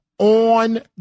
On